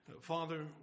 Father